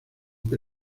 que